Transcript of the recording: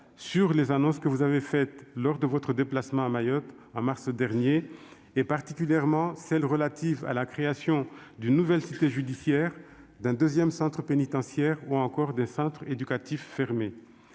sur les annonces que vous avez faites lors de votre déplacement à Mayotte en mars dernier. Je pense particulièrement à la création d'une nouvelle cité judiciaire, d'un second centre pénitentiaire ou encore d'un centre éducatif fermé.